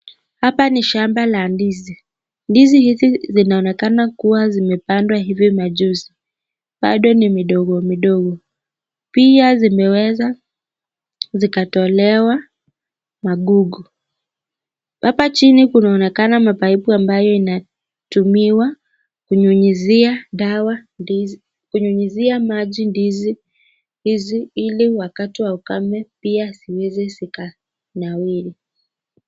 Hapa ni shamba la ndizi, ndizi hizi zinaonekana kuwa zimepandwa hivi majuzi, bado ni midogo midogo .Pia zimeweza zikatolewa magugu, hapa chini kunaonekana mapaipu ambayo inatumiwa kunyunyizia maji ndizi hizi, ili wakati wa ukame pia ziweze zikanawiri.